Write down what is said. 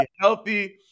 healthy